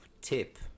tip